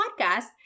podcast